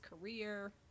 career